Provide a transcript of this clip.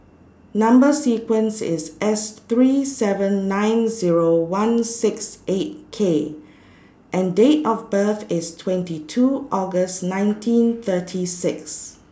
Number sequence IS S three seven nine Zero one six eight K and Date of birth IS twenty two August nineteen thirty six